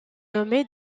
nommé